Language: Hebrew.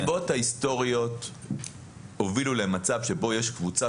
הנסיבות ההיסטוריות הובילו למצב שבו יש קבוצה